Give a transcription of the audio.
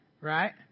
right